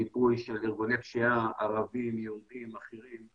מיפוי של ארגוני פשיעה, ערבים, יהודים, אחרים,